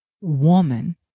woman